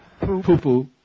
poo-poo